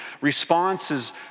responses